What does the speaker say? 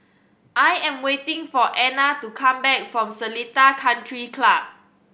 I am waiting for Anna to come back from Seletar Country Club